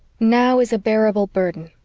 now is a bearable burden.